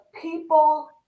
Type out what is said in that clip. people